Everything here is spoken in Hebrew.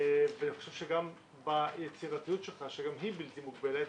אני חושב שגם ביצירתיות שלך, שגם היא בלתי מוגבלת,